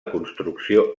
construcció